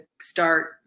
start